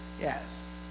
Yes